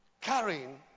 Carrying